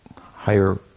higher